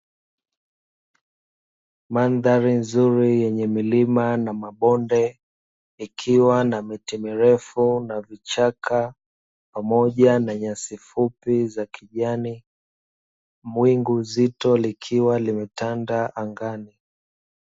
Mandhali nzuri yenye milima na mabonde, Ikiwa na miti mirefu na vichaka, pamoja na nyasi fupi za kijani, wingu zito likiwa limetanda angani.